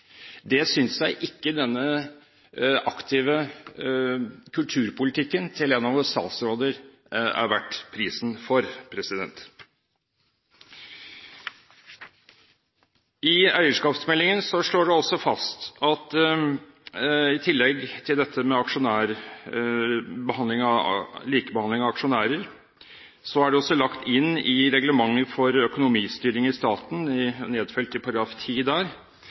Det synes jeg ikke denne aktive kulturpolitikken til en av våre statsråder er verdt prisen for. I eierskapsmeldingen slås det også fast at i tillegg til dette med likebehandling av aksjonærer er det også lagt inn i reglementet for økonomistyring i staten, nedfelt i § 10 der,